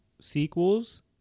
sequels